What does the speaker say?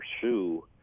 pursue